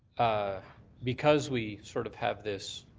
because we sort of have this,